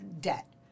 debt